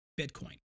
Bitcoin